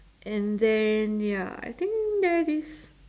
and then ya I think that is